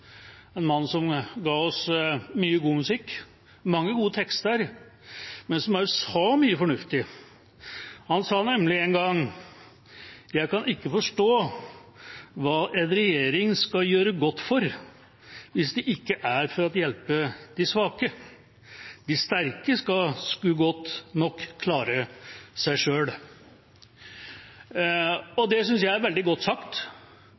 en mann som ga oss mye god musikk, mange gode tekster, men som også sa mye fornuftig. Han sa nemlig en gang: «Jeg kan ikke forstå hvad en regering skal gøre godt for, hvis det ikke er for at hjælpe de svage. De stærke skal sgu nok klare sig.» Det synes jeg er veldig godt sagt,